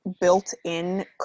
built-in